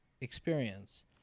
experience